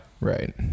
Right